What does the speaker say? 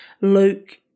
Luke